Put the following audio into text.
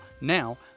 now